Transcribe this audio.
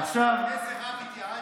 עם איזה רב התייעצתם?